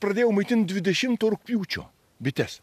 pradėjau maitint dvidešimto rugpjūčio bites